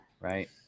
Right